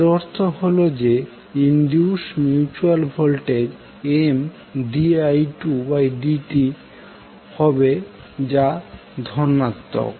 এর অর্থ হল যে ইনডিউসড মিউচুয়াল ভোল্টেজ Mdi2dt হবে যা ধনাত্মক